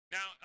Now